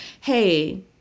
hey